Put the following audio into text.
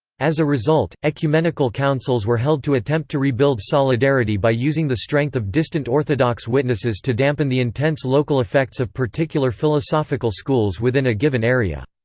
as a result, ecumenical councils were held to attempt to rebuild solidarity by using the strength of distant orthodox witnesses to dampen the intense local effects of particular philosophical schools within a given area.